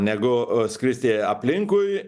negu skristi aplinkui